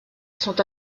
sont